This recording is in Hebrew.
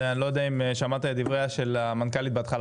אני לא יודע אם שמעת את דבריה של המנכ"לית בהתחלה